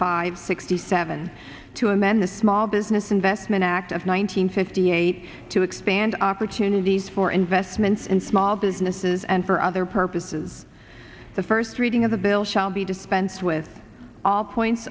five sixty seven to amend the small business investment act of one hundred fifty eight to expand opportunities for investments in small businesses and for other purposes the first reading of the bill shall be dispensed with all points